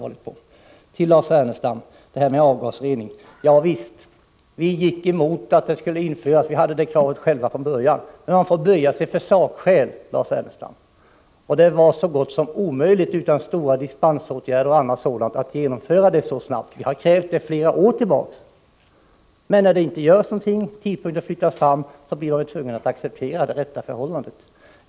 Jag vill säga till Lars Ernestam att visst gick vi emot att avgasrening skulle införas. Vi hade själva ställt det kravet tidigare. Men man får böja sig för sakskäl, Lars Ernestam. Det var emellertid så gott som omöjligt att genomföra detta så snabbt utan ett omfattande dispensförfarande. Vi hade ju krävt detta sedan flera år tillbaka. Men när ingenting görs och tidpunkten flyttas fram blir man ju tvungen att acceptera det rätta förhållandet.